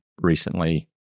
recently